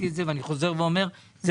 ואני חוזר ואומר,